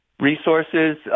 Resources